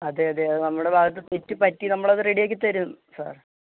അതെ അതെ അതു നമ്മുടെ ഭാഗത്തു തെറ്റു പറ്റി നമ്മളത് റെഡിയാക്കിത്തരും സാര്